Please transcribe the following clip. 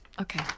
Okay